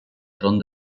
tron